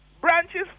branches